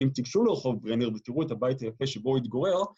אם תיגשו לרחוב ברנר ותראו את הבית היפה שבו התגורר.